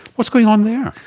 what's going on there?